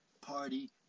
party